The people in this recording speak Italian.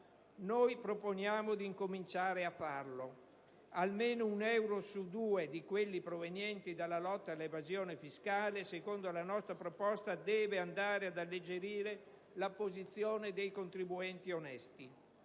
noi proponiamo di incominciare a farlo. Almeno un euro su due di quelli provenienti dalla lotta all'evasione fiscale secondo la nostra proposta deve andare ad alleggerire la posizione dei contribuenti onesti.